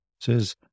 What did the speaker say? says